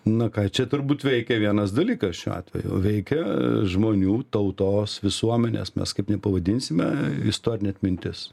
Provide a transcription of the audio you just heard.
na ką čia turbūt veikia vienas dalykas šiuo atveju veikia žmonių tautos visuomenės mes kaip nepavadinsime istorinė atmintis